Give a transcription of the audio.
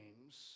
names